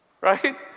right